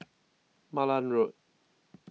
Malan Road